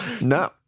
No